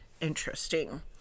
interesting